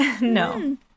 no